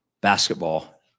basketball